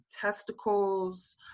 testicles